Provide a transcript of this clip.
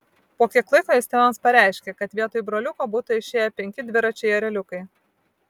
po kiek laiko jis tėvams pareiškė kad vietoj broliuko būtų išėję penki dviračiai ereliukai